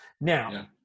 Now